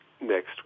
next